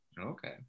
Okay